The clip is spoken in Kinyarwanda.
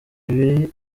ibi